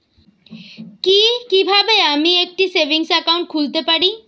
কি কিভাবে আমি একটি সেভিংস একাউন্ট খুলতে পারি?